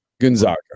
Gonzaga